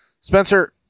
Spencer